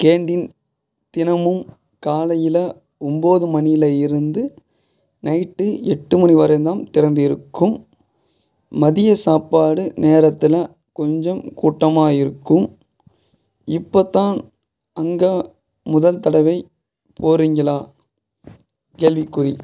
canteen தினமும் காலையில் ஒம்போது மணியில் இருந்து நைட்டு எட்டு மணி வரையுந்தான் திறந்து இருக்கும் மதிய சாப்பாடு நேரத்தில் கொஞ்சம் கூட்டமாக இருக்கும் இப்பத்தான் அங்கே முதல் தடவை போகிறீங்களா கேள்விக்குறி